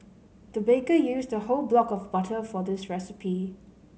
the baker used a whole block of butter for this recipe